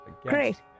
Great